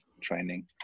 training